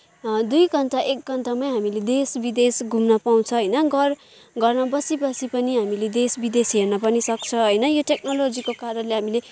दुई घन्टा एक घन्टामै हामीले देश विदेश घुम्न पाउँछ होइन घर घरमा बसी बसी पनि हामीले देश विदेश हेर्न पनि सक्छ होइन यो टेक्नोलोजीको कारणले हामीले